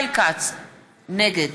נגד